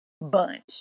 bunch